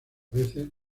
veces